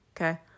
Okay